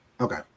Okay